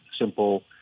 simple